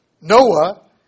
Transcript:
Noah